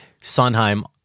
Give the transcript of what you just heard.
Sondheim